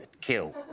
kill